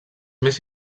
més